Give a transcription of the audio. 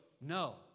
No